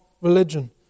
religion